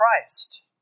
Christ